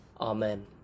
Amen